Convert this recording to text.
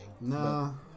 No